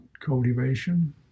Cultivation